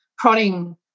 prodding